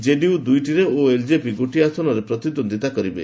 JDU ଦୁଇଟିରେ ଓ LJP ଗୋଟିଏ ଆସନରେ ପ୍ରତିଦ୍ୱନ୍ଦ୍ୱିତା କରିବେ